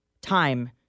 time